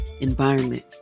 environment